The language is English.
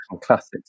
classics